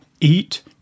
eat